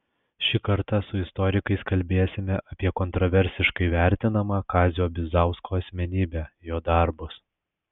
šį kartą su istorikais kalbėsime apie kontraversiškai vertinamą kazio bizausko asmenybę jo darbus